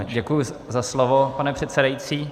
Děkuji za slovo, pane předsedající.